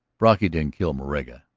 brocky didn't kill moraga,